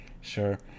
sure